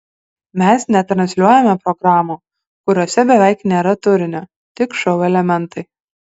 mes netransliuojame programų kuriose beveik nėra turinio tik šou elementai